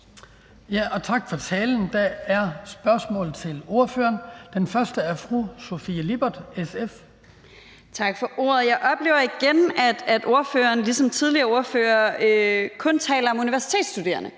Tak for talen. Der er spørgsmål til ordføreren. Det første er fra fru Sofie Lippert, SF. Kl. 16:56 Sofie Lippert (SF): Tak for ordet. Jeg oplever igen, at ordføreren ligesom tidligere ordførere kun taler om universitetsstuderende.